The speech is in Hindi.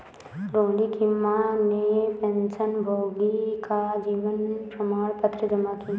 रोहिणी की माँ ने पेंशनभोगी का जीवन प्रमाण पत्र जमा की